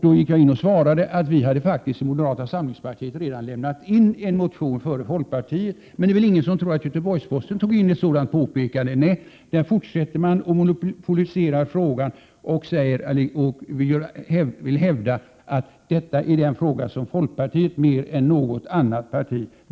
Då gick jag in och svarade att vi i moderata samlingspartiet faktiskt redan hade lämnat in en motion innan folkpartiet gjorde det. Men det är väl ingen som tror att Göteborgs-Posten tog in ett sådant påpekande. Nej, där fortsätter man att monopolisera frågan och hävdar att detta är en fråga som folkpartiet driver mer än något annat parti.